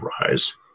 rise